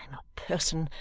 person,